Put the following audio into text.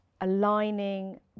aligning